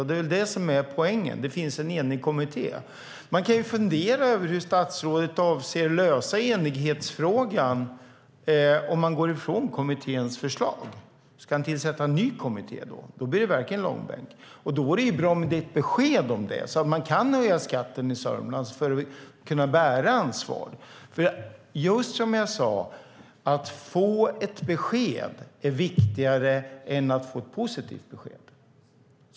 Det är det som är poängen; det finns en enig kommitté. Jag undrar hur statsrådet avser att lösa enighetsfrågan om man går ifrån kommitténs förslag. Ska han tillsätta en ny kommitté? Då blir det verkligen långbänk. Då vore det bra med ett besked om det så att man kan höja skatten i Sörmland för att kunna bära ansvaret. Att få ett besked är viktigare än att få ett positivt besked.